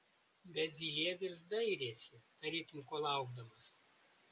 bet zylė vis dairėsi tarytum ko laukdamas